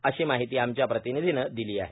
अशी माहिती आमच्या प्रतिनिधीने दिली आहे